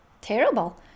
terrible